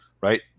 right